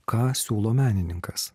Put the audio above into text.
ką siūlo menininkas